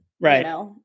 Right